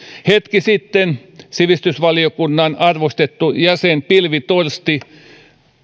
hetki sitten sivistysvaliokunnan arvostettu jäsen pilvi torsti